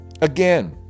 Again